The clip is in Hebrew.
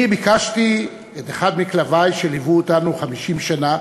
אני ביקשתי את אחד מכלבי, שליוו אותנו 50 שנה